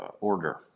order